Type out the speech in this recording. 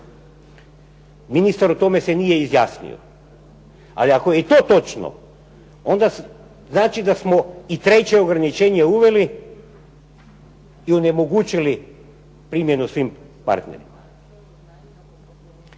Ministar se o tome nije izjasnio. Ali ako je to točno onda znači da smo i treće ograničenje uveli i onemogućili primjenu svim partnerima.